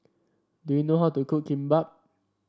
do you know how to cook Kimbap